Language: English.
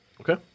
Okay